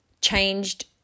changed